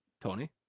Tony